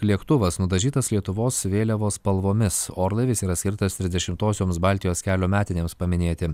lėktuvas nudažytas lietuvos vėliavos spalvomis orlaivis yra skirtas trisdešimtosioms baltijos kelio metinėms paminėti